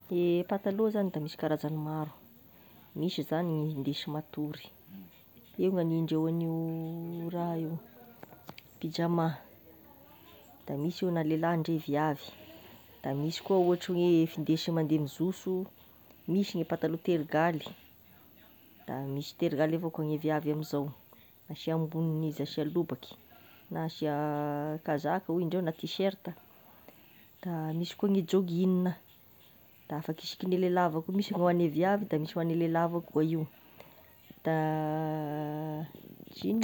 Gne pataloa zagny da misy karazagny maro, misy izany gne hindesy matory io nanindreo an'io raha io pyjama, da misy io na lelah ndre viavy, da misy koa ohatry hoe findesy mande mizoso, misy gne pataloa terigaly, da misy terigaly avy akoa gny viavy am'izao, asia amboniny izy asia lobaky, na asia kazaka hoy indreo na tiserta, da misy koa gne jogging da afaky hisikigne lelah avao koa, misy hoagne viavy, da misy hoagne lelah avy akoa io da jean.